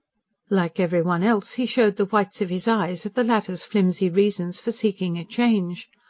like every one else he showed the whites of his eyes at the latter's flimsy reasons for seeking a change.